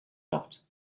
dot